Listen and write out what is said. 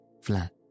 flat